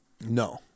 No